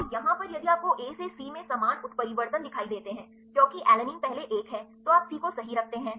तो यहाँ पर यदि आपको A से C में समान उत्परिवर्तन दिखाई देते हैं क्योंकि alanine पहले एक है तो आप C को सही रखते हैं